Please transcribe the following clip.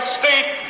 state